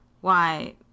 Why